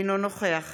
אינו נוכח